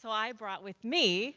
so, i brought with me